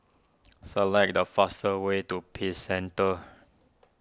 select the faster way to Peace Centre